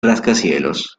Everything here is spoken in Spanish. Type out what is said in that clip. rascacielos